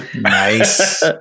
Nice